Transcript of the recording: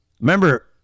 Remember